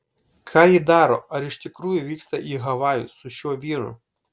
ką ji daro ar iš tikrųjų vyksta į havajus su šiuo vyru